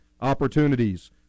opportunities